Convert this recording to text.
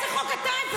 איזה חוק אתה העברת?